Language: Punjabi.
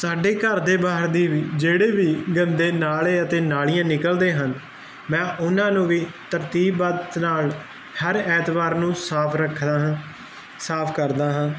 ਸਾਡੇ ਘਰ ਦੇ ਬਾਹਰ ਦੀ ਜਿਹੜੇ ਵੀ ਗੰਦੇ ਨਾਲੇ ਅਤੇ ਨਾਲੀਆਂ ਨਿਕਲਦੇ ਹਨ ਮੈਂ ਉਹਨਾਂ ਨੂੰ ਵੀ ਤਰਤੀਬ ਨਾਲ ਹਰ ਐਤਵਾਰ ਨੂੰ ਸਾਫ ਰੱਖਦਾ ਹਾਂ ਸਾਫ ਕਰਦਾ ਹਾਂ